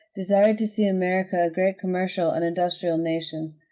desired to see america a great commercial and industrial nation.